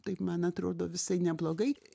taip man atrodo visai neblogai